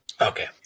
Okay